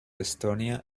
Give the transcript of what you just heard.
estonia